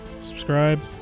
subscribe